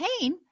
pain